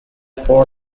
four